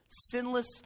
Sinless